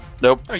Nope